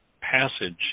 passage